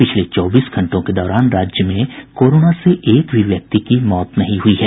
पिछले चौबीस घंटों के दौरान राज्य में कोरोना से एक भी व्यक्ति की मौत नहीं हुई है